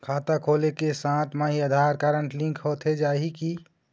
खाता खोले के साथ म ही आधार कारड लिंक होथे जाही की?